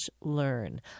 learn